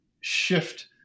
shift